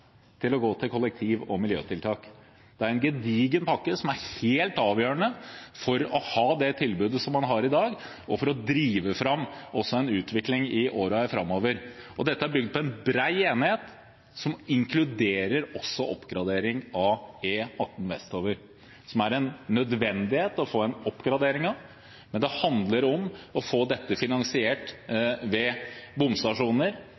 til å gå til kollektiv- og miljøtiltak. Det er en gedigen pakke som er helt avgjørende for å ha det tilbudet man har i dag, og for å drive fram en utvikling også i årene framover. Dette er bygd på en bred enighet som også inkluderer oppgradering av E18 vestover, som det er nødvendig å oppgradere. Det handler om å få dette finansiert ved bomstasjoner